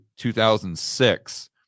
2006